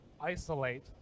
isolate